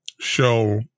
show